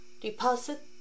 deposit